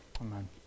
Amen